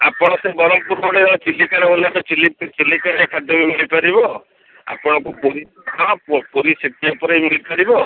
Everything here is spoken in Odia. ଆପଣ ସେ ବ୍ରହ୍ମପୁର ରୋଡ଼୍ରେ ଚିଲିକାରେ ଚିଲିକାରେ ଖାଦ୍ୟ ବି ମିଳିପାରିବ ଆପଣଙ୍କୁ ପୁରୀ ହଁ ପୁରୀ ସିଟି ଉପରେ ମିଳିପାରିବେ